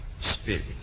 spirit